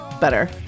Better